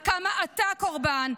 כמה אתה קורבן,